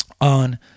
on